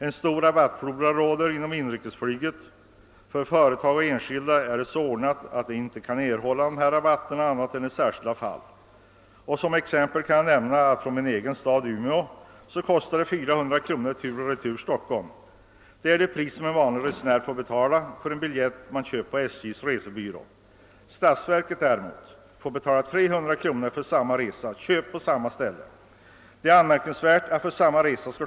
En stor rabattflora har brett ut sig inom inrikesflyget. För företag och enskilda är det så ordnat, att de ej kan erhålla dessa rabatter annat än i särskilda fall. Som exempel kan jag nämna att det kostar 400 kr. att flyga tur och retur mellan min hemstad Umeå och Stockholm. Det är det pris som en vanlig resenär får betala för en biljett köpt på SJ:s resebyrå. Statsverket däremot behöver bara betala 300 kr. för samma resa köpt på samma ställe. Det är anmärkningsvärt att det skall skilja 100 kr.